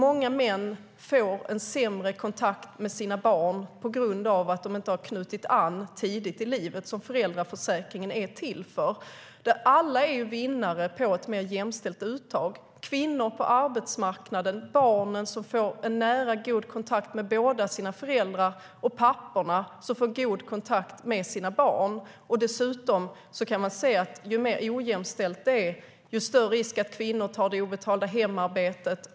Många män får sämre kontakt med sina barn på grund av att de inte har knutit an tidigt i sina barns liv, vilket föräldraförsäkringen är till för. Alla är vinnare på ett mer jämställt uttag: kvinnorna på arbetsmarknaden, barnen som får en god och nära kontakt med båda sina föräldrar och papporna som får god kontakt med sina barn. Ju mer ojämställt det är, desto större risk för att kvinnor tar hand om det obetalda hemarbetet.